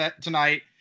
tonight